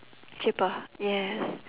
cheaper yes